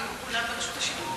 היו כולם ברשות השידור.